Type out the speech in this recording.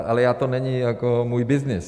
Ale to není jako můj byznys.